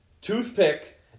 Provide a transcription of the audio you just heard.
toothpick